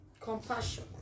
compassion